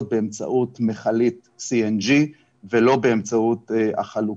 באמצעות מכלית CNG ולא באמצעות החלוקה.